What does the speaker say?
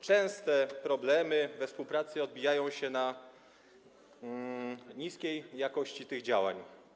Częste problemy we współpracy odbijają się na jakości tych działań.